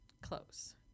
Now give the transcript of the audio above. close